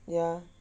ya